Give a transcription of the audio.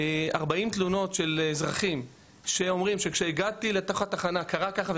40 תלונות של אזרחים שאומרים שכשהגעתי לתוך התחנה קרה כך וכך,